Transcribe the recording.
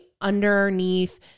underneath